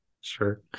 Sure